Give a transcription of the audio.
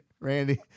Randy